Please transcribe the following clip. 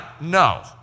no